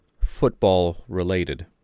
football-related